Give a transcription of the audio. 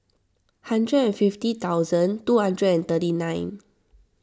hundred and fifty thousand two hundred and thirty nine